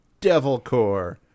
Devilcore